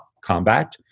Combat